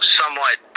somewhat